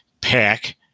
pack